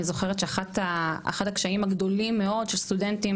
אני זוכרת שאחד הקשיים הגדולים מאוד של הסטודנטים